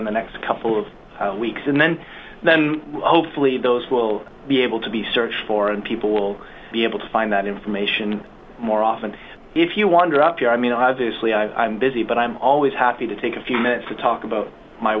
in the next couple of weeks and then hopefully those will be able to be searched for and people will be able to find that information more often if you wander up here i mean obviously i'm busy but i'm always happy to take a few minutes to talk about my